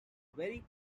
very